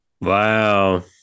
Wow